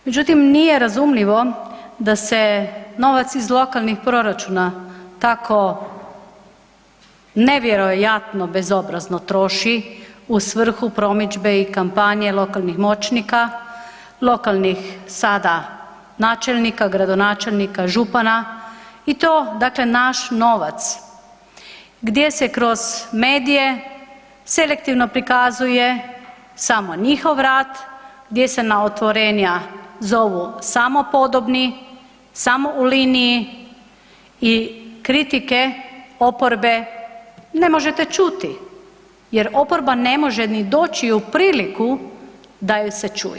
Međutim, nije razumljivo da se novac iz lokalnih proračuna tako nevjerojatno bezobrazno troši u svrhu promidžbe i kampanje lokalnih moćnika, lokalnih sada načelnika, gradonačelnika, župana i to dakle naš novac gdje se kroz medije selektivno prikazuje samo njihov rad, gdje se na otvorenja zovu samo podobni, samo u liniji i kritike oporbe ne možete čuti jer oporba ne može ni doći u priliku da ju se čuje.